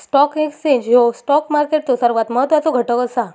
stock exchange ह्यो stock मार्केटचो सर्वात महत्वाचो घटक असा